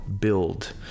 build